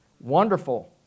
wonderful